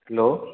hello